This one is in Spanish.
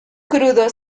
crudo